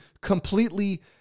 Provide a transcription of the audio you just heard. completely